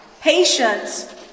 patience